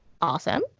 Awesome